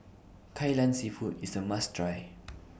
Kai Lan Seafood IS A must Try